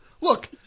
Look